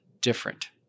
different